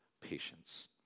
patience